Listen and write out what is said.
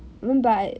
no but I